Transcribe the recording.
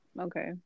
Okay